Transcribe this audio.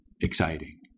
exciting